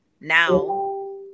now